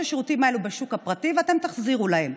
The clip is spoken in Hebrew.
השירותים האלה בשוק הפרטי ואתן תחזירו להם.